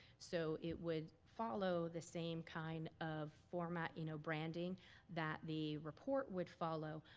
so it would follow the same kind of format, you know, branding that the report would follow,